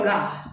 God